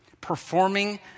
performing